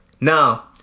Now